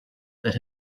that